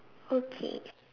okay